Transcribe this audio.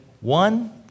one